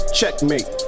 checkmate